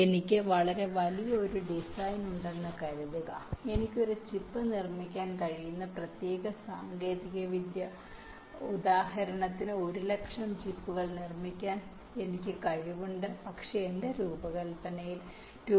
എനിക്ക് വളരെ വലിയ ഡിസൈൻ ഉണ്ടെന്ന് കരുതുക എനിക്ക് ഒരു ഉണ്ട് ഒരു ചിപ്പ് നിർമ്മിക്കാൻ കഴിയുന്ന പ്രത്യേക സാങ്കേതികവിദ്യ ഉപയോഗിച്ച് ഉദാഹരണത്തിന് ഒരു ലക്ഷം ചിപ്പുകൾ ലഭിക്കാൻ എനിക്ക് കഴിവുണ്ട് പക്ഷേ എന്റെ രൂപകൽപ്പനയിൽ 2